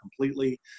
completely